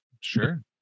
sure